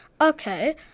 okay